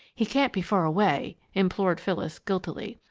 he can't be far away, implored phyllis, guiltily.